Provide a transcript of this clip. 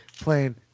playing